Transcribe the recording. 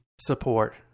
support